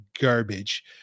garbage